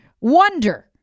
wonder